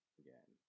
again